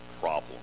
problem